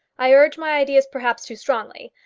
i urged my ideas perhaps too strongly.